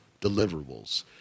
deliverables